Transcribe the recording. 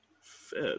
Fed